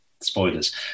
spoilers